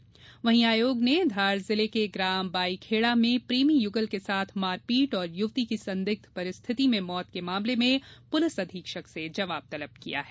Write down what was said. वहीं मानव अधिकार आयोग ने धार जिले के ग्राम बाईखेड़ा में प्रेमी युगल के साथ मारपीट एवं युवती की संदिग्ध परिस्थिति में मौत के मामले में पुलिस अधीक्षक से जवाब तलब किया है